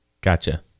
Gotcha